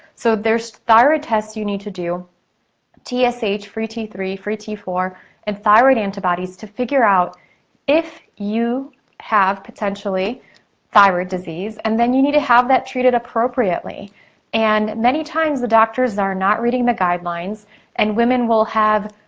so there's thyroid tests you need to do tsh, so free t three, free t four and thyroid antibodies to figure out if you have potentially thyroid disease and then you need to have that treated appropriately and many times the doctors are not reading the guidelines and women will have